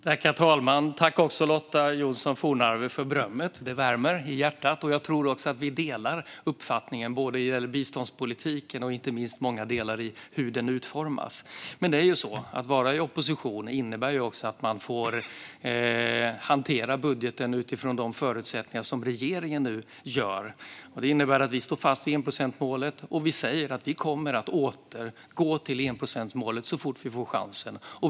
Herr talman! Tack, Lotta Johnsson Fornarve, för berömmet! Det värmer i hjärtat, och jag tror också att vi delar uppfattning när det gäller biståndspolitiken och till stora delar hur den utformas. Att vara i opposition innebär också att man får hantera budgeten utifrån de förutsättningar som regeringen nu ger. Det innebär att vi står fast vid enprocentsmålet och säger att vi kommer att återgå till detta mål så fort vi får chansen.